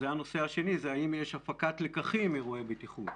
הנושא השני הוא האם יש הפקת לקחים מאירועי בטיחות.